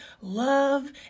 love